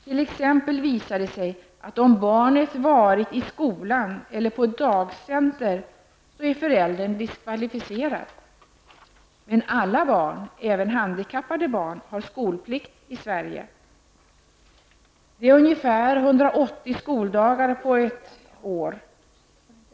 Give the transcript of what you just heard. T.ex. visar det sig att om barnet varit i skolan eller på ett dagcenter så är föräldern diskvalificerad. Men alla barn, även handikappade barn, har skolplikt i Sverige. Det är ungefär 180 skoldagar på ett år.